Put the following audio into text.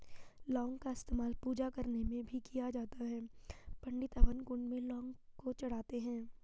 लौंग का इस्तेमाल पूजा करने में भी किया जाता है पंडित हवन कुंड में लौंग को चढ़ाते हैं